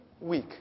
week